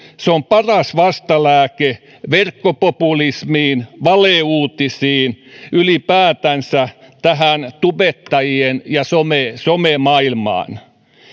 on paras vastalääke verkkopopulismiin valeuutisiin ylipäätänsä tähän tubettajien ja somen somen maailmaan